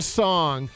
song